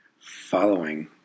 following